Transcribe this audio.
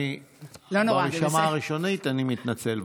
אני בהרשמה הראשונית, אני מתנצל.